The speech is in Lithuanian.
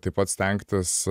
taip pat stengtis